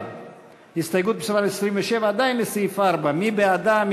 הסתייגות מס' 27, עדיין לסעיף 4, מי בעדה?